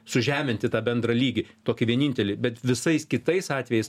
sužeminti tą bendrą lygį tokį vienintelį bet visais kitais atvejais